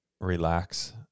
relax